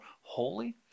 holy